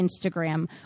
Instagram